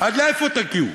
עד לאיפה תגיעו?